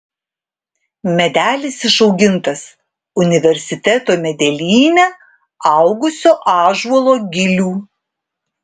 medelis išaugintas universiteto medelyne augusio ąžuolo gilių